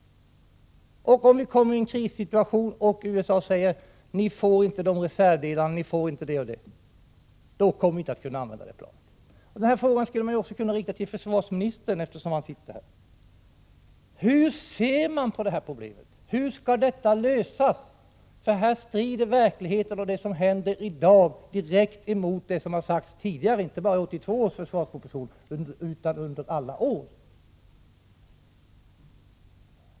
Kommer vi i en krissituation och USA säger att vi inte får vissa reservdelar — då kommer vi inte att kunna använda planet. Denna fråga skulle man också kunna rikta till försvarsministern, som sitter här. Hur ser man på problemet? Hur skall det lösas? Här strider de faktiska förhållandena i verkligheten och det som händer i dag direkt emot vad som har sagts tidigare, inte bara i 1982 års försvarsproposition utan under alla år.